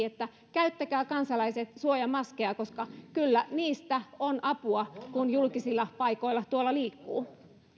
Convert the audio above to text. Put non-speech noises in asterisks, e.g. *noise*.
*unintelligible* että käyttäkää kansalaiset suojamaskeja kyllä niistä on apua kun julkisilla paikoilla tuolla liikkuu